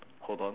hold on